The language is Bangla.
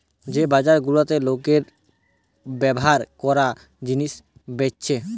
যে বাজার গুলাতে লোকে ব্যভার কোরা জিনিস বেচছে